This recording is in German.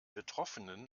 betroffenen